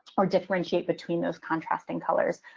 or differentiate between those contrasting colors.